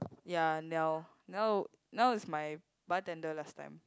ya Niel Niel Niel is my bartender last time